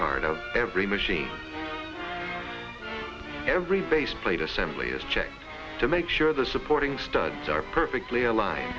part of every machine every base plate assembly is checked to make sure the supporting studs are perfectly aligned